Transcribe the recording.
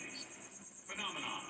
Phenomenon